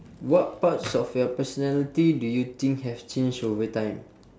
what parts of your personality do you think have changed over time